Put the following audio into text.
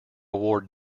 award